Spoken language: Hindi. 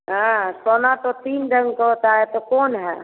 हाँ सोना तो तीन ढंग का होता है तो कौन है